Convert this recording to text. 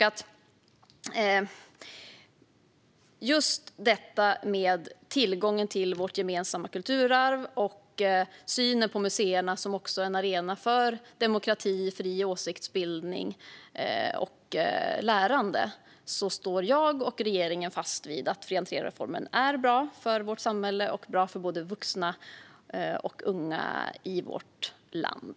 Med tanke på tillgången till vårt gemensamma kulturarv och synen på museerna som en arena för demokrati, fri åsiktsbildning och lärande står jag och regeringen fast vid att fri entré-reformen är bra för vårt samhälle och bra för både vuxna och unga i vårt land.